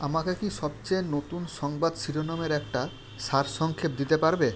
আমাকে কি সবচেয়ে নতুন সংবাদ শিরোনামের একটা সারসংক্ষেপ দিতে পারবে